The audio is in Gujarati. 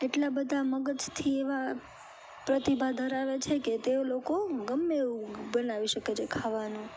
એટલા બધા મગજથી એવા પ્રતિભા ધરાવે છે કે તે લોકો ગમ્મે એવું બનાવી શકે છે ખાવાનું